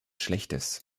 schlechtes